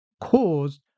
caused